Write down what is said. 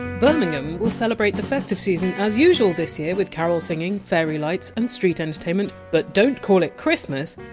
birmingham will celebrate the festive season as usual this year with carol singing, fairy lights and street entertainment but don't call it christmas.